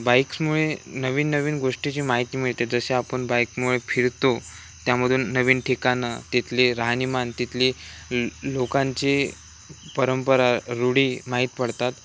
बाईक्समुळे नवीन नवीन गोष्टीची माहिती मिळते जसे आपण बाईकमुळे फिरतो त्यामधून नवीन ठिकाणं तिथली राहणीमान तिथली लो लोकांची परंपरा रूढी माहीत पडतात